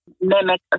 mimic